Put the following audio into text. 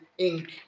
Inc